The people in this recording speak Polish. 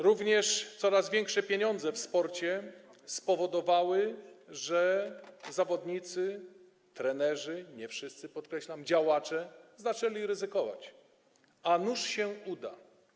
Również coraz większe pieniądze w sporcie spowodowały, że zawodnicy, trenerzy - nie wszyscy, podkreślam - działacze zaczęli ryzykować: a nuż się uda.